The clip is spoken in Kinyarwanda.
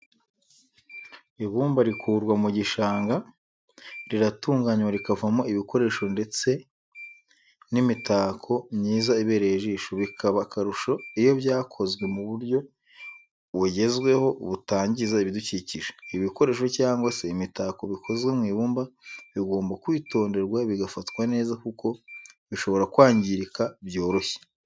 Ibumba rikurwa mu gishanga riratunganywa rikavamo ibikoresho ndetse n'imitako myiza ibereye ijisho bikaba akarusho iyo byakozwe mu buryo bugezweho butangiza ibidukikije. ibikoresho cyangwa se imitako bikozwe mu ibumba bigomba kwitonderwa bigafatwa neza kuko bishobora kwangirika byoroshye.